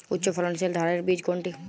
উচ্চ ফলনশীল ধানের বীজ কোনটি?